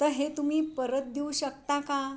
तर हे तुम्ही परत देऊ शकता का